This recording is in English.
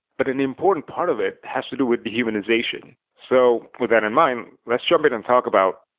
but an important part of it has to do with dehumanization. so with that in mind, let's jump in and talk about